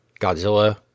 Godzilla